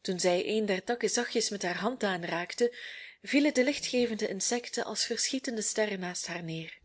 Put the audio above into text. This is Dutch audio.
toen zij een der takken zachtjes met haar hand aanraakte vielen de lichtgevende insecten als verschietende sterren naast haar neer